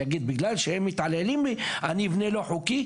יגיד שבגלל שהם מתעללים בו הוא יבנה לא חוקי?